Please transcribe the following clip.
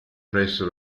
presso